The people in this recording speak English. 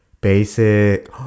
basic